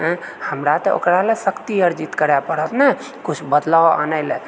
आंय हमरा तऽ ओकरालऽ शक्ति अर्जित करय पड़त नऽ किछु बदलाव आनय लय